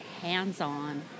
hands-on